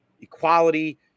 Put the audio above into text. equality